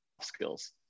skills